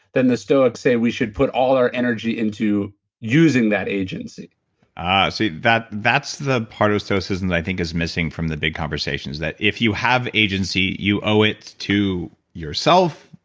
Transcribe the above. than the stoics say we should put all our energy into using that agency ah. see, that's the part of stoicism that i think is missing from the big conversations that if you have agency, you owe it to yourself,